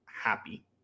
happy